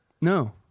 No